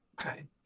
Okay